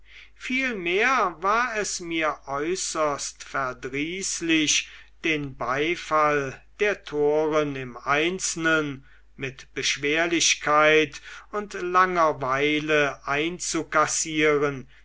vielmehr war es mir äußerst verdrießlich den beifall der toren im einzelnen mit beschwerlichkeit und langer weile einzukassieren